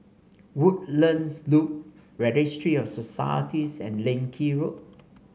Woodlands Loop Registry of Societies and Leng Kee Road